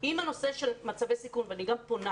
בנושא של מצבי סיכון ואני גם פונה